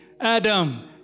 Adam